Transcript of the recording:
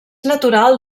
natural